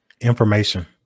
Information